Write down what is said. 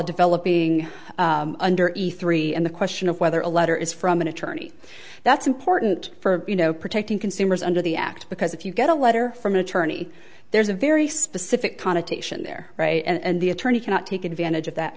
developing under a three and the question of whether a letter is from an attorney that's important for you know protecting consumers under the act because if you get a letter from an attorney there's a very specific connotation there right and the attorney cannot take advantage of that